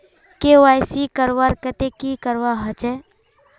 KYC करवार केते की करवा होचए?